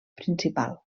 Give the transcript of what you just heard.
principal